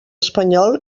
espanyol